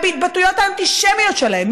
מההתבטאויות האנטישמיות שלהם,